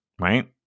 right